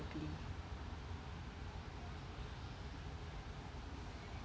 comfortably